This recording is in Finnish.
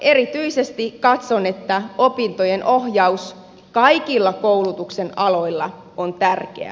erityisesti katson että opintojen ohjaus kaikilla koulutuksen aloilla on tärkeää